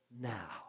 now